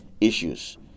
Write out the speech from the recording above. issues